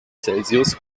celsius